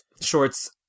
shorts